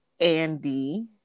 Andy